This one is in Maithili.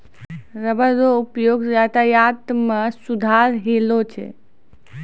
रबर रो उपयोग यातायात मे सुधार अैलौ छै